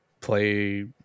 play